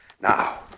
Now